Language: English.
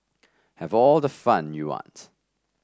have all the fun you want